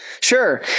Sure